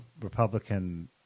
Republican